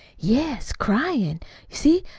yes, cryin'. you see,